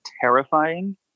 terrifying